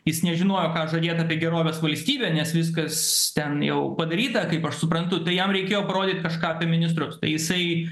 jis nežinojo ką žadėt apie gerovės valstybę nes viskas ten jau padaryta kaip aš suprantu tai jam reikėjo parodyt kažką apie ministrus tai jisai